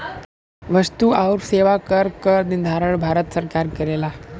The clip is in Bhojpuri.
वस्तु आउर सेवा कर क निर्धारण भारत सरकार करेला